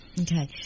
Okay